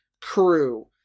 crew